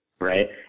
right